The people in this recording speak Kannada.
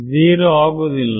0 ಆಗುವುದಿಲ್ಲ